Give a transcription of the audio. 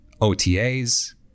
OTAs